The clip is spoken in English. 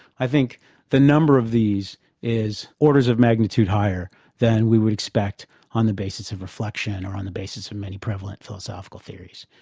i think the number of these is orders of magnitude higher than we would expect on the basis of reflection or on the basis of many prevalent philosophical theories.